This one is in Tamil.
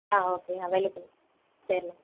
ஆ ஓகே அவைலபுள் தெரில